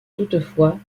toutefois